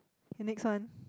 K next one